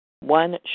one